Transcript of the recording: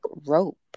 rope